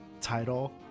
title